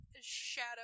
Shadow